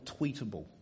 tweetable